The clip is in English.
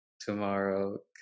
tomorrow